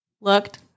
looked